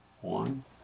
one